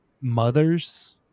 mothers